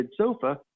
sofa